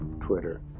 Twitter